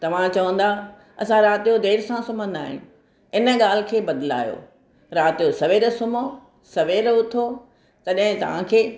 तव्हां चवंदा असां राति जो देरि सां सुम्हंदा आहियूं इन ॻाल्हि खे बदिलायो राति जो सवेल सुम्हो सवेल उथो तॾहिं तव्हांखे